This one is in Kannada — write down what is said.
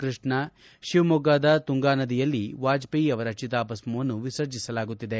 ಕೃಷ್ಣಾ ಶಿವಮೊಗ್ಗದ ತುಂಗಾನದಿಯಲ್ಲಿ ವಾಜಪೇಯಿ ಅವರ ಚಿತಾಭಸ್ಥವನ್ನು ವಿಸರ್ಜಿಸಲಾಗುತ್ತಿದೆ